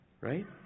right